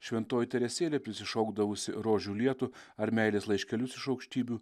šventoji teresėlė prisišaukdavusi rožių lietų ar meilės laiškelius iš aukštybių